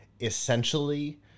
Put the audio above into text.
essentially